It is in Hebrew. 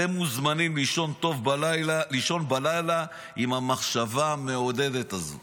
אתם מוזמנים לישון בלילה עם המחשבה המעודדת הזו.